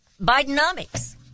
Bidenomics